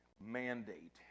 mandate